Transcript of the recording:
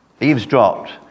eavesdropped